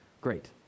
great